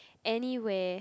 anywhere